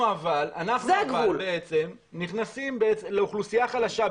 אנחנו אבל בעצם נכנסים לאוכלוסייה חלשה,